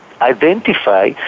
identify